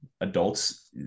adults